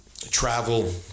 travel